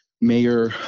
Mayor